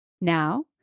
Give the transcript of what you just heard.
Now